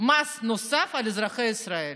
מס נוסף על אזרחי ישראל?